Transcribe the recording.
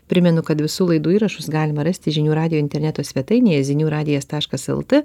primenu kad visų laidų įrašus galima rasti žinių radijo interneto svetainėje zinių radijas taškas lt